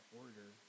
order